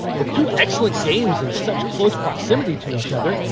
with two excellent games in such close proximity to each other,